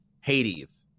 Hades